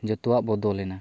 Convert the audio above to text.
ᱡᱚᱛᱚᱣᱟᱜ ᱵᱚᱫᱚᱞᱮᱱᱟ